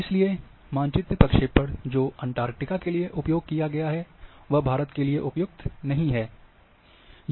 इसलिए मानचित्र प्रक्षेपण जो अंटार्कटिका के लिए उपयोग किया गया है वह भारत के लिए उपयुक्त नहीं है